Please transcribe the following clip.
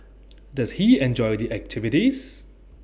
does he enjoy the activities